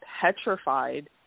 petrified